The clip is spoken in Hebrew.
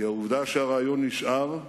כי העובדה שהרעיון נשאר,